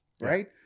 right